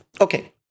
okay